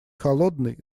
холодный